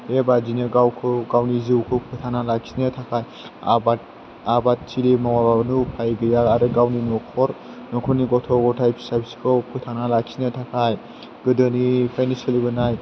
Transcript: बेबायदिनो गावनि जिउखौ फोथांना लाखिनो थाखाय आबादथिलि मावाबानो उफाय गैया आरो गावनि न'खरनि गथ' गथाय फिसा फिसौखौ फोथांना लाखिनो थाखाय गोदोनिफ्रायनो सोलिबोनाय